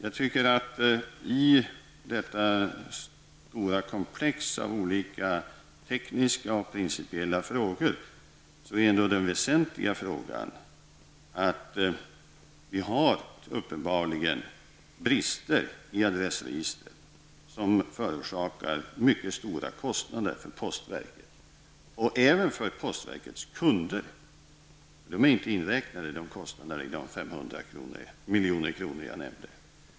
I detta stora komplex av olika tekniska och principiella frågor tycker jag att den väsentliga frågan är att vi uppenbarligen har brister i adressregistren som förorsakar postverket och postverkets kunder mycket stora kostnader. Kunderna är inte inräknade i de 500 milj.kr. jag nämnde.